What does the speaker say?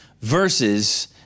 versus